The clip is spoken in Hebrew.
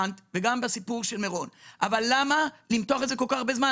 אבל למה למתוח את זה כל כך הרבה זמן?